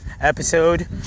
episode